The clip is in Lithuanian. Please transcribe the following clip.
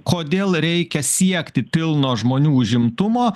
kodėl reikia siekti pilno žmonių užimtumo